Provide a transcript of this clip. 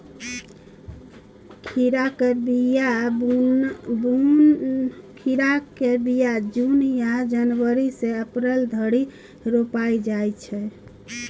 खीराक बीया जुन या जनबरी सँ अप्रैल धरि रोपल जाइ छै